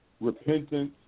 repentance